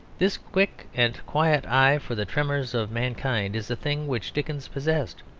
this quick and quiet eye for the tremors of mankind is a thing which dickens possessed,